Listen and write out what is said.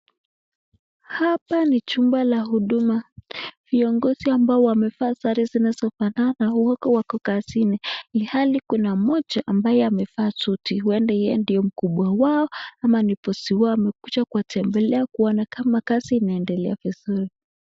Hapa ni jumba la Huduma, viongozi ambao wamevaa sare zinazofanana wote wako kazini ilihali kuna mmoja ambaye amevaa suti. Huenda ni yeye ndio mkubwa wao ama ni boss wao, amekuja kutembelea kuona kama kazi inaendelea vizuri.